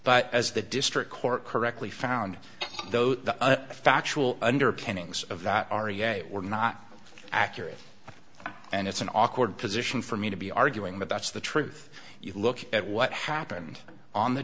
but as the district court correctly found though the factual underpinnings of that are yet were not accurate and it's an awkward position for me to be arguing that that's the truth you look at what happened on the